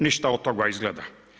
Ništa od toga izgleda.